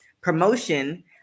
promotion